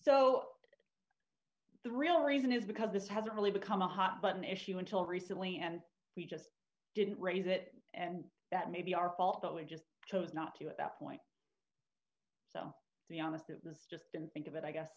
so the real reason is because this has really become a hot button issue until recently and we just didn't raise it and that may be our fault that we just chose not to at that point so the honest it was just didn't think of it i guess